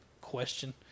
question